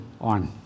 on